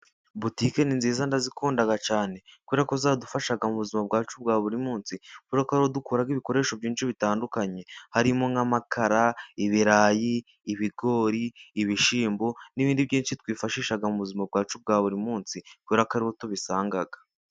Butike ni nziza ndazikunda cyane, kubera ko zidufasha mu buzima bwacu bwa buri munsi. Kubera ko ariho dukura ibikoresho byinshi bitandukanye harimo nk'amakara, ibirayi, ibigori, ibishyimbo n'ibindi byinshi twifashisha mu buzima bwacu bwa buri munsi kubera ko ariho tubisanga.